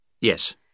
Yes